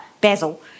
Basil